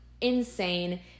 insane